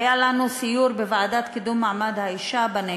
היה לוועדה לקידום מעמד האישה סיור בנגב.